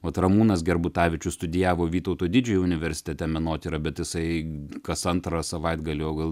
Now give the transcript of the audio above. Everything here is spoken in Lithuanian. vat ramūnas gerbutavičius studijavo vytauto didžiojo universitete menotyrą bet jisai kas antrą savaitgalį o gal